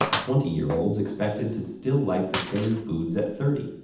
twenty year olds expected to still like the same foods at thirty,